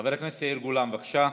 חבר הכנסת יאיר גולן, בבקשה,